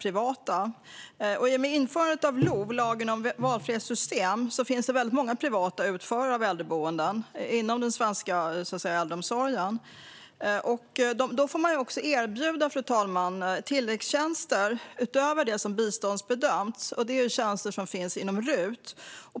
I och med införandet av LOV, lagen om valfrihetssystem, finns det numera många privata utförare av äldreboenden inom den svenska äldreomsorgen. De får erbjuda tilläggstjänster utöver det som biståndsbedömts, och det är tjänster som omfattas av RUT.